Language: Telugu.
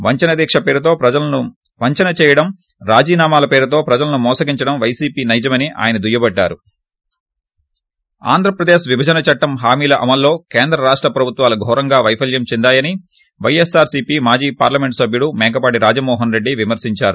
పంచనదీక పేరుతో ప్రజలను వంచన చేయడం రాజీనామాల పేరుతో ప్రజలను మోసగించడం వైసీపీ నైజమని ఆయన దుయ్యబట్టారు ఆంధ్ర ప్రదేశ్ విభజన చట్లం హామీల అమల్లో కేంద్ర రాష్ట ప్రభుత్నాలు ఘోరంగా వైఫల్యం చెందాయని వైఎస్సార్ సీపీ మాజీ పార్షమెంట్ సభ్యుడు మేకవాటి రాజమోహన్ రెడ్డి విమర్పించారు